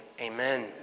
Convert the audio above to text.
Amen